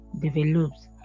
develops